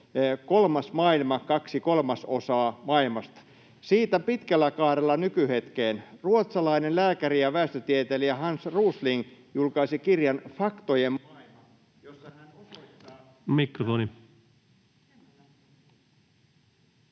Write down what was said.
”Kolmas maailma, kaksi kolmasosaa maailmasta”. Siitä pitkällä kaarella nykyhetkeen. Ruotsalainen lääkäri ja väestötieteilijä Hans Rosling julkaisi kirjan ”Faktojen maailma”… ... jossa hän osoittaa, että kun